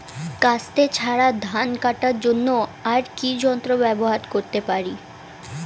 কাস্তে ছাড়া ধান কাটার জন্য আর কি যন্ত্র ব্যবহার করতে পারি?